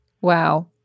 Wow